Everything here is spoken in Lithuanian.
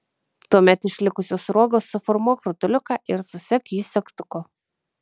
tuomet iš likusios sruogos suformuok rutuliuką ir susek jį segtuku